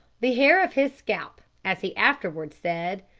the hair of his scalp, as he afterwards said,